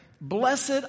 Blessed